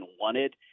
wanted